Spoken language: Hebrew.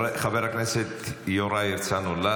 חבר הכנסת יוראי להב הרצנו.